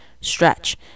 stretch